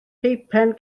peipen